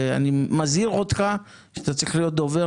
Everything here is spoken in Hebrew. ואני מזהיר אותך שאתה צריך להיות דובר